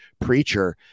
preacher